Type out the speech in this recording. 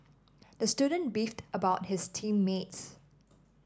the student beefed about his team mates